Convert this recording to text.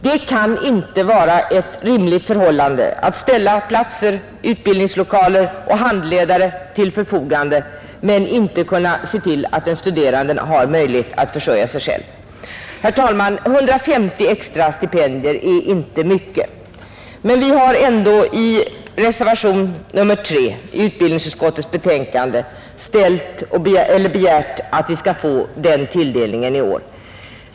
Det kan inte vara rimligt att ställa platser, utbildningslokaler och handledare till förfogande men inte se till att de studerande har möjlighet att försörja sig. 150 extra stipendier är inte mycket, men vi har ändå i reservationen 3 vid utbildningsutskottets betänkande begärt den tilldelningen i år.